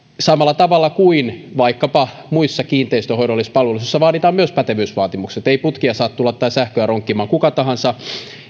samalla tavalla vaikkapa muissa kiinteistönhoidollisissa palveluissa vaaditaan myös pätevyysvaatimukset ei putkia tai sähköä saa tulla ronkkimaan kuka tahansa